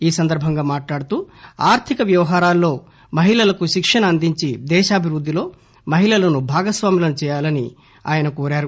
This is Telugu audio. ఈ సందర్బంగా మాట్లాడుతూ ఆర్థిక వ్యవహారాలలో మహిళలకు శిక్షణ అందించి దేశాభివృద్దిలో మహిళలను భాగస్వాములను చేయాలని ఉపరాష్షపతి కోరారు